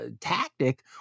tactic